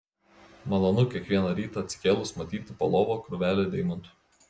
malonu kiekvieną rytą atsikėlus matyti po lova krūvelę deimantų